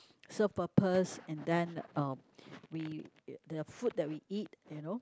so purpose and done um we the food that we eat you know